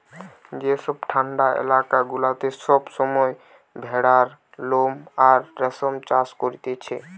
যেসব ঠান্ডা এলাকা গুলাতে সব সময় ভেড়ার লোম আর রেশম চাষ করতিছে